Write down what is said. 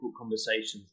conversations